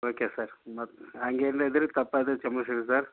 okay sir ಮತ್ತು ಹಂಗೇನ್ ಇದ್ದರೆ ತಪ್ಪಾದರೆ ಕ್ಷಮಿಸಿರಿ ಸರ್